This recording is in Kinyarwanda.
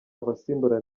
abasimbura